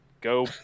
go